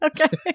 Okay